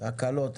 הקלות.